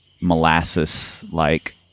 molasses-like